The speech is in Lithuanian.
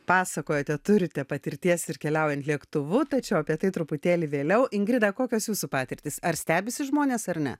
pasakojate turite patirties ir keliaujant lėktuvu tačiau apie tai truputėlį vėliau ingridą kokios jūsų patirtis ar stebisi žmonės ar ne